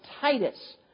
Titus